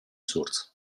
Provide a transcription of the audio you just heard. source